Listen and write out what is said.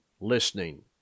listening